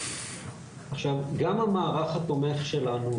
עכשיו גם המערך התומך שלנו,